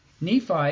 Nephi